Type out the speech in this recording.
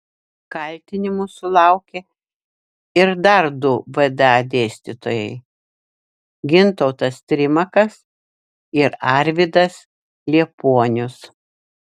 kaltinimų sulaukė ir dar du vda dėstytojai gintautas trimakas ir arvydas liepuonius